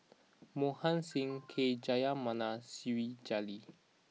Mohan Singh K Jayamani siri Jalil